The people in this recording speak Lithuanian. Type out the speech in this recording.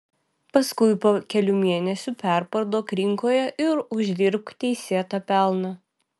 paskui po kelių mėnesių perparduok rinkoje ir uždirbk teisėtą pelną